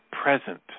present